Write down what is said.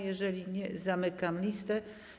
Jeżeli nie, zamykam listę.